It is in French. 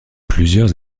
plusieurs